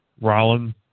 Rollins